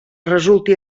resulti